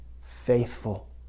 faithful